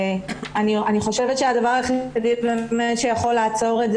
אני חושבת שהדבר היחיד שיכול לעצור אותה